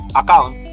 account